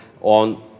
on